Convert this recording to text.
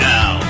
Now